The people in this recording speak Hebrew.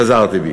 חזרתי בי.